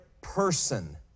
person